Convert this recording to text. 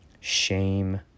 Shame